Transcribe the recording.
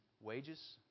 wages